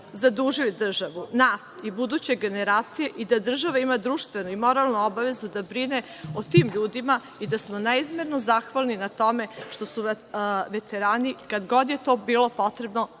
zadužili državu, nas i buduće generacije i da država ima društvenu i moralnu obavezu da brine o tim ljudima i da smo neizmerno zahvalni na tome što su se veterani kad god je to bilo potrebno